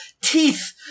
teeth